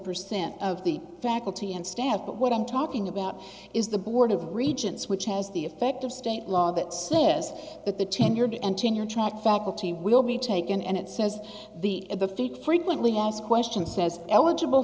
percent of the faculty and staff but what i'm talking about is the board of regents which has the effect of state law that slips but the tenured and tenure track faculty will be taken and it says the at the feet frequently asked question says eligible